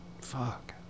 Fuck